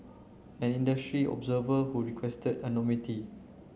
an industry observer who requested anonymity